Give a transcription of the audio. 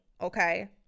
okay